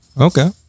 Okay